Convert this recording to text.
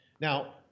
now